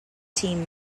team